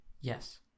yes